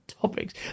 topics